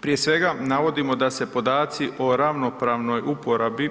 Prije svega, navodnimo da se podaci o ravnopravnoj uporabi